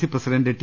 C president T